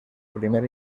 primer